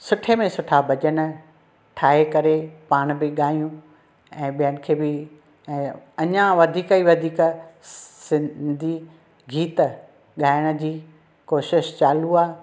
सुठे में सुठा भॼन ठाहे करे पाण बि ॻायूं ऐं ॿियनि खे बि ऐं अञा वधीक ई बधीक सिंधी गीत ॻाइण जी कोशिशि चालू आहे